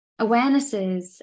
awarenesses